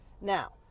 Now